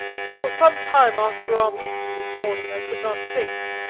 for some time after our meeting this morning i could not think.